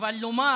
אבל לומר